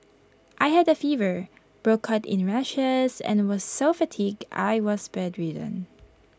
I had A fever broke out in rashes and was so fatigued I was bedridden